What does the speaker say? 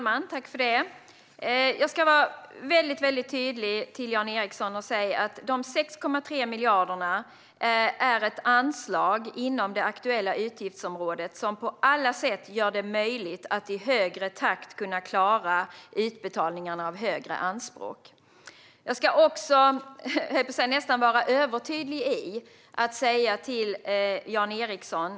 Fru talman! Jag ska vara väldigt tydlig gentemot Jan Ericson. De 6,3 miljarderna är ett anslag inom det aktuella utgiftsområdet som på alla sätt gör det möjligt att i högre takt klara utbetalningarna av högre anspråk. Jag ska nu nästan vara övertydlig gentemot Jan Ericson.